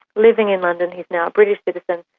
living in london, he's now a british citizen,